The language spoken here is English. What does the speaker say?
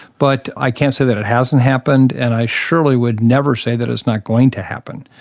but i can't say that it hasn't happened, and i surely would never say that it's not going to happen.